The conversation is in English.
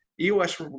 EOS